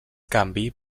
canvi